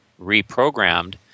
reprogrammed